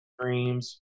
dreams